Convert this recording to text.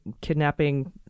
kidnapping